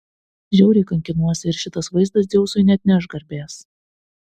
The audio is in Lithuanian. žiauriai kankinuosi ir šitas vaizdas dzeusui neatneš garbės